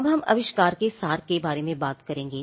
अब हम आविष्कार के सार के बारे में बात करेंगे